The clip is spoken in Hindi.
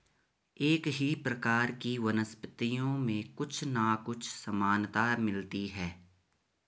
एक ही प्रकार की वनस्पतियों में कुछ ना कुछ समानता मिलती है